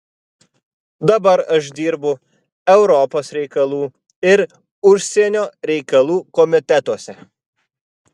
dabar aš dirbu europos reikalų ir užsienio reikalų komitetuose